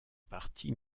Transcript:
parti